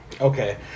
Okay